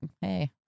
hey